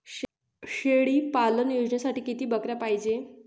शेळी पालन योजनेसाठी किती बकऱ्या पायजे?